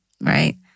right